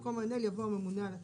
במקום מנהל יבוא הממונה על התקינה.